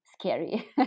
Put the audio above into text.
scary